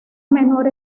menor